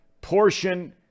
portion